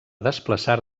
desplaçar